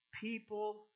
people